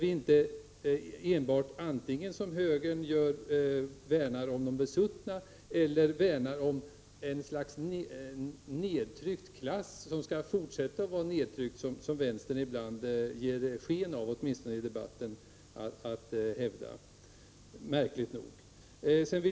Vi behöver något annat, där vi inte enbart värnar om de besuttna, som högern gör, eller värnar om ett slags nedtryckt klass, som skall fortsätta att vara ned tryckt, som vänstern ibland, åtminstone i debatten, ger sken av att hävda — märkligt nog.